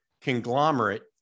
conglomerate